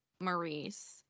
Maurice